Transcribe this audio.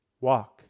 walk